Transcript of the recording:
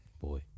boy